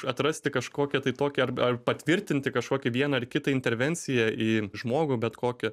atrasti kažkokią tai tokią ar patvirtinti kažkokią vieną ar kitą intervenciją į žmogų bet kokį